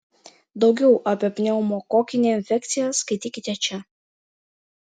daugiau apie pneumokokinę infekciją skaitykite čia